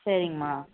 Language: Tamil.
சரிங்மா